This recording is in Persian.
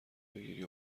بگیری